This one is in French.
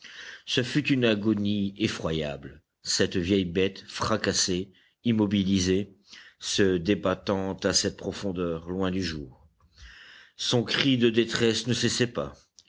ce fut une agonie effroyable cette vieille bête fracassée immobilisée se débattant à cette profondeur loin du jour son cri de détresse ne cessait pas